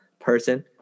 person